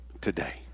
Today